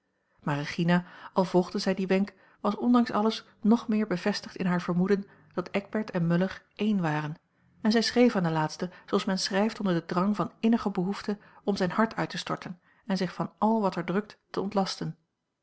maar regina al volgde zij dien wenk was ondanks alles nog meer bevestigd in haar vermoeden dat eckbert en muller een waren en zij schreef aan den laatste zooals men schrijft onder den drang van innige behoefte om zijn hart uit te storten en zich van al wat er drukt te ontlasten